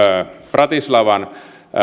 bratislavan